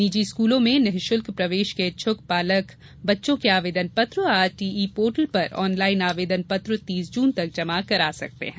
निजी स्कूलों में निःशुल्क प्रवेश के इच्छुक पालक बच्चों के आवेदन पत्र आरटीई पोर्टल पर ऑनलाईन आवेदन पत्र तीस जून तक जमा करा सकते हैं